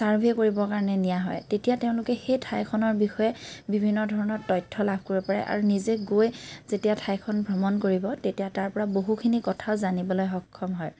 survey কৰিব কাৰণে নিয়া হয় তেতিয়া তেওঁলোকে সেই ঠাইখনৰ বিষয়ে বিভিন্ন ধৰণৰ তথ্য লাভ কৰিব পাৰে আৰু নিজে গৈ যেতিয়া ঠাইখন ভ্ৰমণ কৰিব তেতিয়া তাৰপৰা বহুখিনি কথাও জানিবলৈ সক্ষম হয়